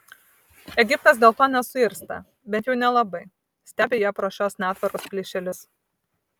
egiptas dėl to nesuirzta bent jau nelabai stebi ją pro šios netvarkos plyšelius